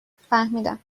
فهمیدم